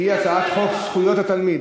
שהיא הצעת חוק זכויות התלמיד